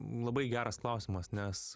labai geras klausimas nes